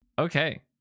Okay